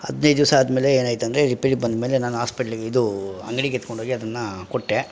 ಹದಿನೈದು ದಿಸ ಆದ ಮೇಲೆ ಏನಾಯ್ತಂದರೆ ರಿಪೇರಿ ಬಂದ ಮೇಲೆ ನಾನು ಹಾಸ್ಪೆಟ್ಲಿಗೆ ಇದು ಅಂಗ್ಡಿಗೆ ಎತ್ಕೊಂಡೋಗಿ ಅದನ್ನು ಕೊಟ್ಟೆ